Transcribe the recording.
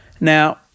Now